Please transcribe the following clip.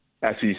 sec